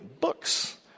books